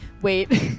Wait